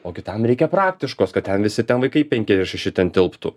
o kitam reikia praktiškos kad ten visi ten vaikai penki ar šeši ten tilptų